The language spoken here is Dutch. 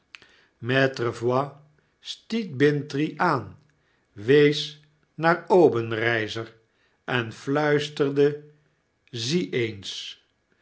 voigt stietbintrey aan wees naar obenreizer en fluisterde zie eens